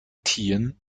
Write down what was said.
tieren